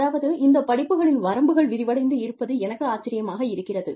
அதாவது இந்த படிப்புகளின் வரம்புகள் விரிவடைந்து இருப்பது எனக்கு ஆச்சரியமாக இருக்கிறது